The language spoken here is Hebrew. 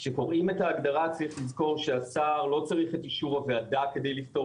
כשקוראים את ההגדרה צריך לזכור שהשר לא צריך את הוועדה כדי לפטור